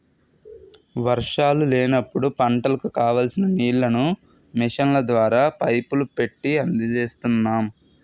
వర్షాలు లేనప్పుడు పంటలకు కావాల్సిన నీళ్ళను మిషన్ల ద్వారా, పైపులు పెట్టీ అందజేస్తున్నాం